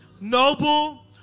noble